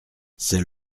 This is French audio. c’est